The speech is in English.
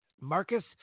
Marcus